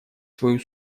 свою